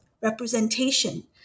representation